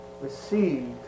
received